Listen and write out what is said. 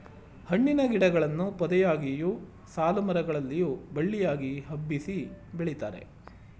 ಹಣ್ಣಿನ ಗಿಡಗಳನ್ನು ಪೊದೆಯಾಗಿಯು, ಸಾಲುಮರ ಗಳಲ್ಲಿಯೂ ಬಳ್ಳಿಯಾಗಿ ಹಬ್ಬಿಸಿ ಬೆಳಿತಾರೆ